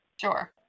sure